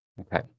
okay